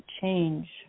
change